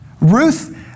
Ruth